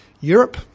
Europe